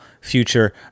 future